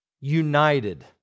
united